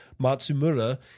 Matsumura